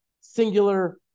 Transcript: singular